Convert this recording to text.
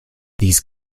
these